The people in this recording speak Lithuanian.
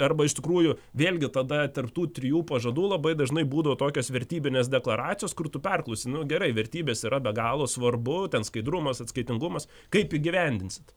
arba iš tikrųjų vėlgi tada tarp tų trijų pažadų labai dažnai būdavo tokios vertybinės deklaracijos kur tu perklausi nu gerai vertybės yra be galo svarbu ten skaidrumas atskaitingumas kaip įgyvendinsit